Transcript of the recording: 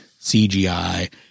CGI